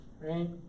right